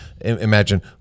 imagine